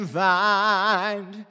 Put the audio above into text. find